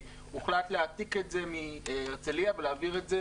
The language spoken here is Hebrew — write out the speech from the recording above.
הוחלט להעתיק את השדה מהרצליה ולהעביר אותו,